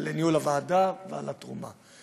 על ניהול הוועדה ועל התרומה.